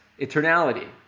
eternality